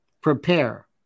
Prepare